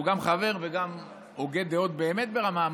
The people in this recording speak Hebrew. שהוא גם חבר וגם הוגה דעות באמת ברמה,